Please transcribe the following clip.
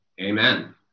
Amen